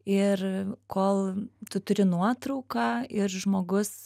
ir kol tu turi nuotrauką ir žmogus